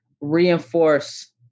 reinforce